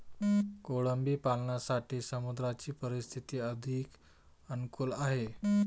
कोळंबी पालनासाठी समुद्राची परिस्थिती अधिक अनुकूल आहे